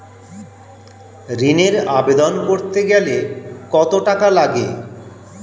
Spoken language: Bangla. ঋণের আবেদন করতে গেলে কত টাকা লাগে?